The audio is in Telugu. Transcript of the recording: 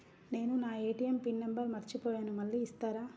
నేను నా ఏ.టీ.ఎం పిన్ నంబర్ మర్చిపోయాను మళ్ళీ ఇస్తారా?